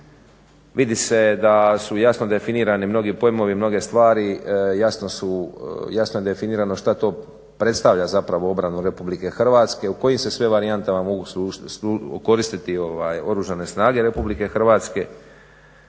Vidi se da su jasno definirani mnogi pojmovi, mnoge stvari, jasno je definirano šta to predstavlja zapravo obranu RH, o kojim se sve varijantama mogu koristiti Oružne snage RH, tko